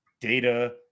data